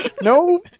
No